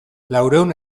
laurehun